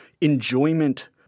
enjoyment